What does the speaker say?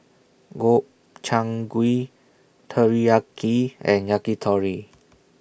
Gobchang Gui Teriyaki and Yakitori